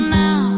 now